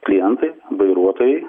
klientai vairuotojai